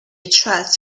trust